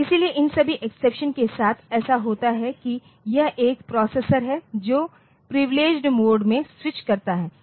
इसलिए इन सभी एक्सेप्शन के साथ ऐसा होता है कि यह एक प्रोसेसर है जो प्रिविलेडगेड मोड में स्विच करता है